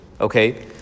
okay